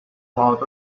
out